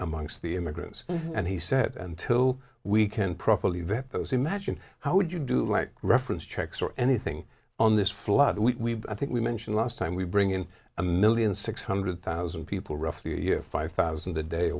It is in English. amongst the immigrants and he said and till we can properly vet those imagine how would you do like reference checks or anything on this flood we i think we mentioned last time we bring in a million six hundred thousand people roughly a year five thousand a day or